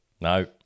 No